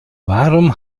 warum